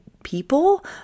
people